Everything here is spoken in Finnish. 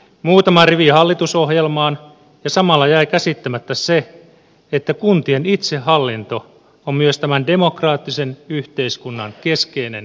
muutama rivi hallitusohjelmaan ja samalla jäi käsittämättä se että kuntien itsehallinto on myös tämän demokraattisen yhteiskunnan keskeinen perusta